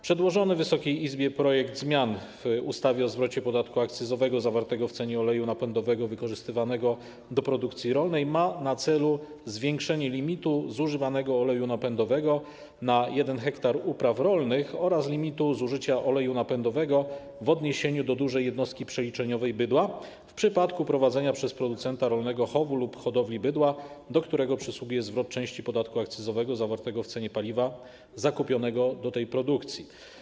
Przedłożony Wysokiej Izbie projekt zmian w ustawie o zwrocie podatku akcyzowego zawartego w cenie oleju napędowego wykorzystywanego do produkcji rolnej ma na celu zwiększenie limitu zużywanego oleju napędowego na 1 ha upraw rolnych oraz limitu zużycia oleju napędowego w odniesieniu do dużej jednostki przeliczeniowej bydła, w przypadku prowadzenia przez producenta rolnego chowu lub hodowli bydła, do którego przysługuje zwrot części podatku akcyzowego zawartego w cenie paliwa zakupionego do tej produkcji.